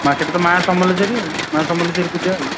ମାଆ ସେଠି ତ ମାଆ ସମଲେଶ୍ୱରୀ ଆଉ ମାଆ ସମଲେଶ୍ୱରୀ ପୂଜା ଆଉ